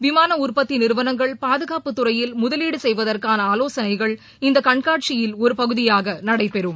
விமான உற்பத்தி நிறுவனங்கள் பாதுகாப்புத்துறையில் முதவீடு செய்வதற்கான ஆவோசனைகள் இந்த கண்காட்சியில் ஒரு பகுதியாக நடைபெறும்